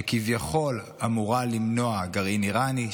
שכביכול אמורה למנוע גרעין איראני,